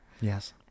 Yes